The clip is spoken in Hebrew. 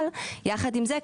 אבל יחד עם זה,